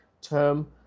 term